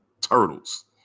turtles